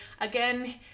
again